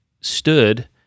stood